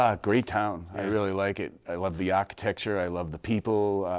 ah great town. i really like it. i love the architecture. i love the people.